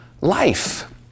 life